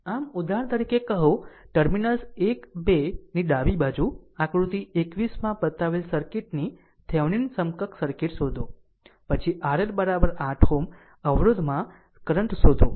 આમ ઉદાહરણ તરીકે કહો ટર્મિનલ્સ 1 2 ની ડાબી બાજુ આકૃતિ 21 માં બતાવેલ સર્કિટની થેવેનિન સમકક્ષ સર્કિટ શોધો પછી RL 8 Ω અવરોધ માં કરંટ શોધો